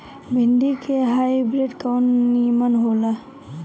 भिन्डी के हाइब्रिड कवन नीमन हो ला?